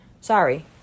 Sorry